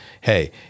hey